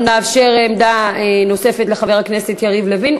אנחנו נאפשר עמדה נוספת לחבר הכנסת יריב לוין,